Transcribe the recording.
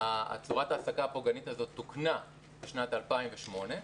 צורת ההעסקה הפוגענית הזאת תוקנה בשנת 2008,